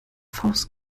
faust